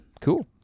Cool